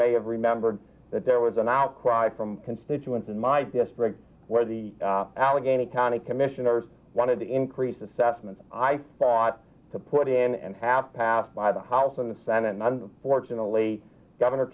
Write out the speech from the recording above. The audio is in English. may have remembered that there was an outcry from constituents in my district where the allegheny county commissioners wanted to increase assessments i thought to put in and have passed by the house and the senate and fortunately governor